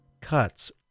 cuts